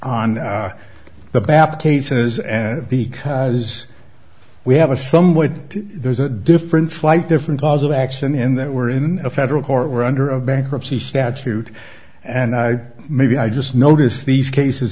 on the baptists and because we have a somewhat there's a different flight different cause of action in that we're in a federal court we're under a bankruptcy statute and i maybe i just notice these cases